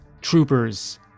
troopers